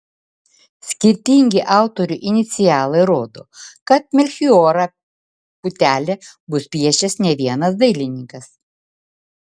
skirtingi autorių inicialai rodo kad melchijorą putelę bus piešęs ne vienas dailininkas